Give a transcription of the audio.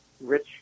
rich